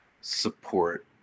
support